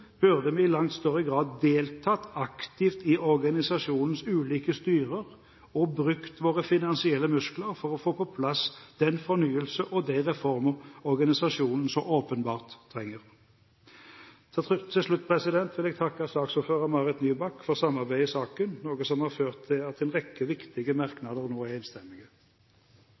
burde vi i langt større grad deltatt aktivt i organisasjonens ulike styrer og brukt våre finansielle muskler for å få på plass den fornyelse og de reformer organisasjonen så åpenbart trenger. Til slutt vil jeg takke saksordfører Marit Nybakk for samarbeidet i saken, noe som har ført til at en rekke viktige merknader nå er enstemmige.